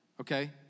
Okay